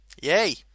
Yay